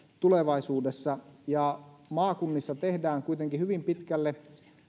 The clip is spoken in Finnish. tulevaisuudessa maakunnissa tehdään kuitenkin hyvin pitkälle